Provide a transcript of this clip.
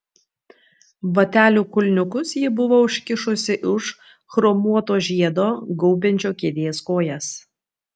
batelių kulniukus ji buvo užkišusi už chromuoto žiedo gaubiančio kėdės kojas